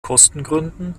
kostengründen